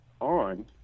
on